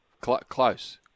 close